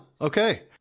Okay